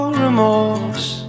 remorse